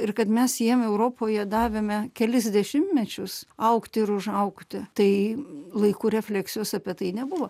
ir kad mes jiem europoje davėme kelis dešimtmečius augti ir užaugti tai laiku refleksijos apie tai nebuvo